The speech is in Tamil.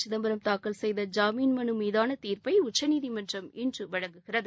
சிதம்பரம் தாக்கல் செய்த ஜாமீன் மனு மீதான தீர்ப்பை உச்சநீதிமன்றம் இன்று வழங்குகிறது